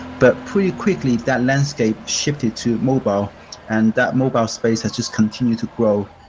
but pretty quickly that landscape shifted to mobile and that mobile space has just continued to grow.